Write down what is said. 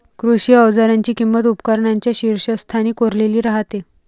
कृषी अवजारांची किंमत उपकरणांच्या शीर्षस्थानी कोरलेली राहते